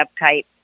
uptight